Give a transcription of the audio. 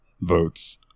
votes